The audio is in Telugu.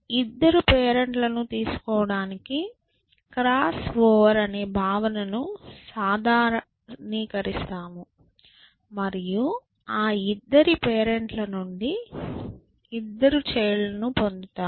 ఇద్దరు పేరెంట్లను తీసుకోవటానికి క్రాస్ ఓవర్ అనే భావనను సాధారణీకరిస్తాము మరియు ఆ ఇద్దరు పేరెంట్ ల నుండి ఇద్దరు చైల్డ్ లను పొందుతాము